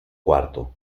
cuarto